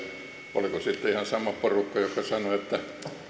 oliko sitten ihan sama porukka joka sanoi että kun suomessa